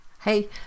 Hey